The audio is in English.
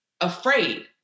afraid